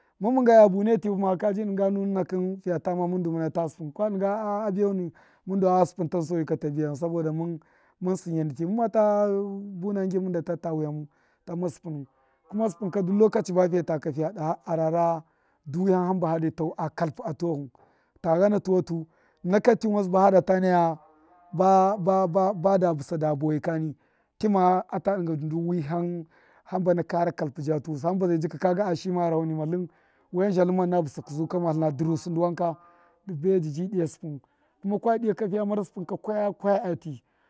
Mun munga iya bune tivṫ ma kabi dinga nu fiya ta ma mun du muna ta sṫpṫn kwa dṫnga a biyahu wiham tuwahṫka mun da a’a sṫpṫn tansoyi ka ta biyan saboda mun sṫnya ndṫ ti mun mata buna gyṫn mun data ta wihamu tamma sṫpṫnu kuma sṫpṫn ka duk lokochi ba fiye ta ka fiya daha arara ndyam hamba fiye tau a kalpṫ atuwahu ta ghana tuwatu naka tinwansṫ bada busa da bawai kani tima ata dṫnga du wihan hanbana dada kahpṫ ja tuwusṫ hamba zai jika a shiyi ma garahau nima ltṫn wihan zhaltṫnma ṫna bṫsaka zu kau ma ltṫna dṫrusṫ ndṫ wanka dṫ bai dṫ bṫ dṫya sṫpṫn kuma kwa dṫya ka fiya mara sṫpṫn ka kwaya kwaya atṫ.